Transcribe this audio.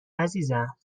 عزیزم